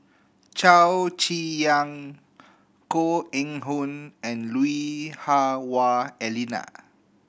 Chow Chee Yong Koh Eng Hoon and Lui Hah Wah Elena